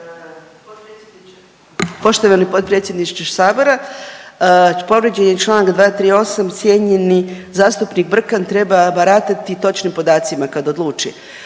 Poštovani potpredsjedniče Sabora, povrijeđen je članak 238. Cijenjeni zastupnik Brkan treba baratati točnim podacima kad odluči,